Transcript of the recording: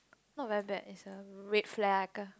not very bad it's a red flag